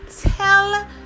tell